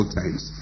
times